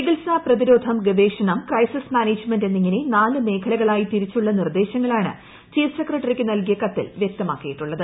ചികിത്സ പ്രതിരോധം ഗവേഷണം ക്രൈസിസ് മാനേജ്മെന്റ് എന്നിങ്ങനെ നാല് മേഖലകളായി തിരിച്ചുള്ള ന്റിർദ്ദേശങ്ങളാണ് ചീഫ് സെക്രട്ടറിക്ക് നൽകിയ കത്തിൽ വൃക്തമാക്കിയിട്ടുള്ളത്